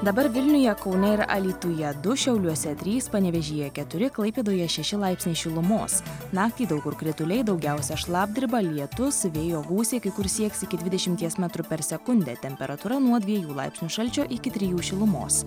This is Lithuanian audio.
dabar vilniuje kaune ir alytuje du šiauliuose trys panevėžyje keturi klaipėdoje šeši laipsniai šilumos naktį daug kur krituliai daugiausia šlapdriba lietus vėjo gūsiai kai kur sieks iki dvidešimties metrų per sekundę temperatūra nuo dviejų laipsnių šalčio iki trijų šilumos